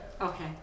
okay